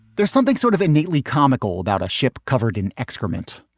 there's something sort of innately comical about a ship covered in excrement,